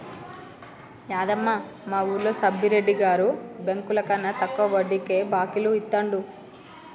యాదమ్మ, మా వూరిలో సబ్బిరెడ్డి గారు బెంకులకన్నా తక్కువ వడ్డీకే బాకీలు ఇత్తండు